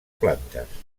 plantes